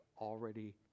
already